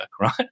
right